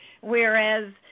whereas